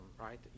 right